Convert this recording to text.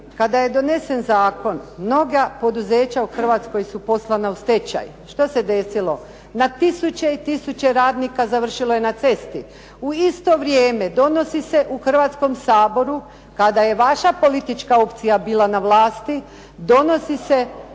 kada je donesen zakon mnoga poduzeća u Hrvatskoj su poslana u stečaj. Što se desilo? Na tisuće i tisuće radnika je završilo na cesti. U isto vrijeme donosi se u Hrvatskom saboru kada je vaša politička opcija bila na vlasti donosi se